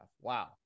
Wow